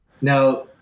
Now